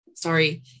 Sorry